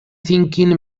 thinking